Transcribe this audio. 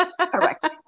Correct